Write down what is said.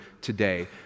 today